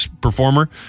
performer